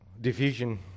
Division